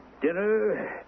dinner